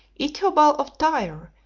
ithobal of tyre,